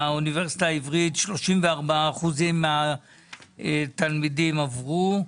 באוניברסיטה העברית 34% מהתלמידים עברו.